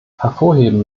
hervorheben